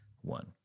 one